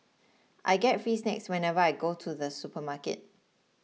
I get free snacks whenever I go to the supermarket